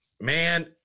man